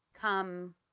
come